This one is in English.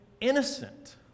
innocent